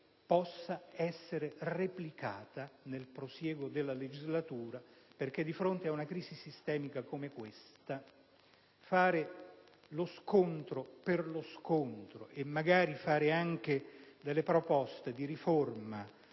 possano essere replicate nel prosieguo della legislatura. Di fronte a una crisi sistemica come questa, infatti, lo scontro per lo scontro e, magari, anche proposte di riforma